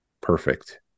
perfect